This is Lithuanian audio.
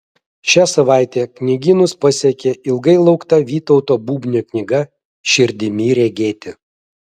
šią savaitę knygynus pasiekė ilgai laukta vytauto bubnio knyga širdimi regėti